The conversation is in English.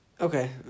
Okay